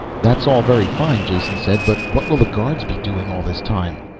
that's all very fine, jason said. but what will the guards be doing all this time?